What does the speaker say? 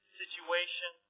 situation